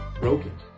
broken